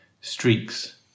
streaks